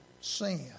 sin